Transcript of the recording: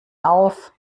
auf